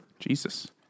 Jesus